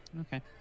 okay